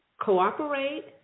cooperate